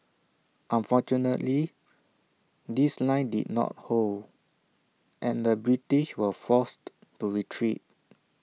unfortunately this line did not hold and the British were forced to retreat